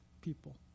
people